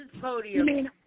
podium